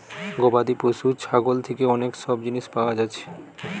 গবাদি পশু ছাগল থিকে অনেক সব জিনিস পায়া যাচ্ছে